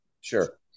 Sure